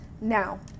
Now